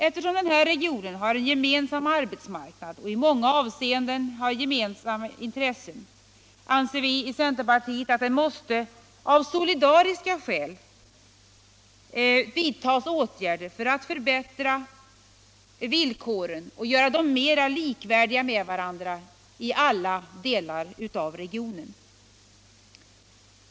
Eftersom den här regionen har en gemensam arbetsmarknad och i många avseenden gemensamma intressen, anser vi i centerpartiet att det måste av solidariska skäl vidtas åtgärder för att förbättra villkoren och göra dem mera likvärdiga i alla delar av regionen.